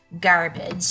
garbage